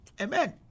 Amen